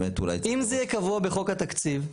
אם זה יהיה קבוע בחוק התקציב,